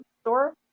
store